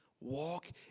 walk